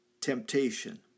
Temptation